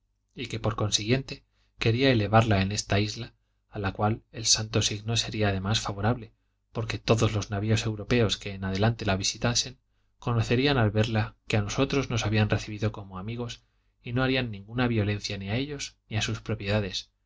y que por consiguiente quería elevarla en esta isla a la cual el santo signo sería además favorable porque todos los navios europeos que en adelante la visitasen conocerían al verla que a nosotros nos habían recibido como amigos y no harían ninguna violencia ni a ellos ni a sus propiedades